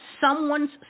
someone's